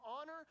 honor